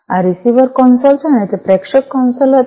આ receiver console છે અને તે પ્રેષક કન્સોલ હતું